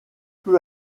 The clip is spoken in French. peu